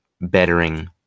bettering